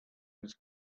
his